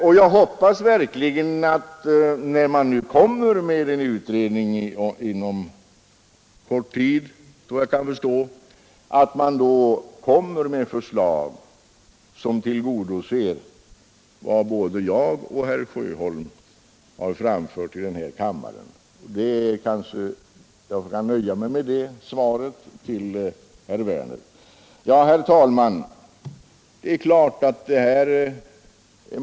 Och när utredningen nu, efter vad jag förstår, inom kort blir klar med sitt arbete, så hoppas jag att utredningen lägger fram förslag som tillgodoser vad både herr Sjöholm och jag har framfört i denna kammare. Jag nöjer mig med de orden till herr Werner i Malmö. Herr talman!